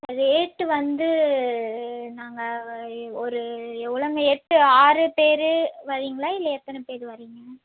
rate வந்து நாங்கள் ஒரு எவ்வளோங்க எட்டு ஆறு பேர் வரிங்களா இல்லை எத்தனை பேர் வரிங்க